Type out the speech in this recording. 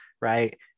right